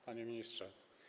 Panie Ministrze!